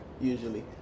usually